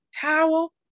towel